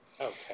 Okay